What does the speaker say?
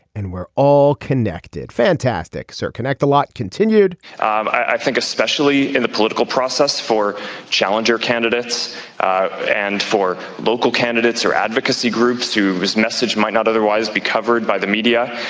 and we're all connected. fantastic sir connect a lot continued um i think especially in the political process for challenger candidates and for local candidates or advocacy groups too. his message might not otherwise be covered by the media